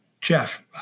Jeff